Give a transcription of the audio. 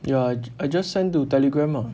ya I I just send to telegram lah